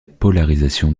polarisation